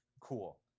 cool